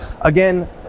again